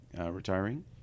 retiring